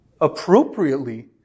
appropriately